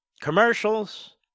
commercials